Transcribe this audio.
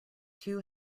two